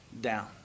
down